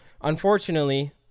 unfortunately